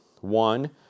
One